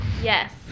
Yes